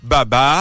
Baba